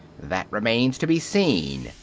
that remains to be seen,